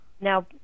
Now